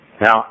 Now